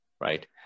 Right